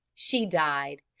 she died,